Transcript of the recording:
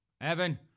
Evan